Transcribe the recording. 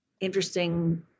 interesting